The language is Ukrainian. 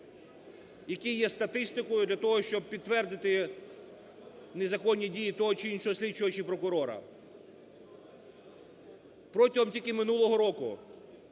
який є статистикою для того, щоб підтвердити незаконні дії того чи іншого слідчого чи прокурора. Протягом тільки минулого року